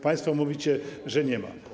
Państwo mówicie, że nie ma.